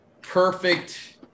perfect